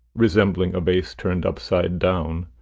resembling a vase turned upside down,